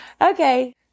Okay